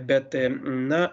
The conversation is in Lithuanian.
bet na